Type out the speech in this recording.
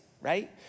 right